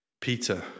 Peter